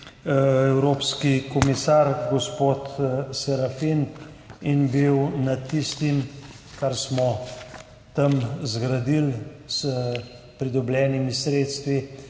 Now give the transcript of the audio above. evropski komisar gospod Serafin in bil nad tistim, kar smo tam zgradili s pridobljenimi sredstvi